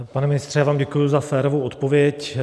Pane ministře, já vám děkuji za férovou odpověď.